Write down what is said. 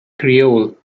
creole